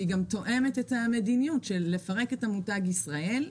והיא תואמת את המדיניות לפרק את המותג "ישראל"